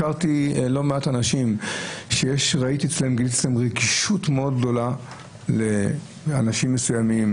הכרתי לא מעט אנשים שראיתי אצלם רגישות מאוד גדולה לאנשים מסוימים,